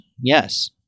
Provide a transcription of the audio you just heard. yes